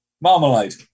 marmalade